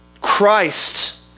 Christ